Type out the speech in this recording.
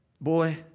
Boy